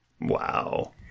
Wow